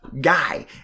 guy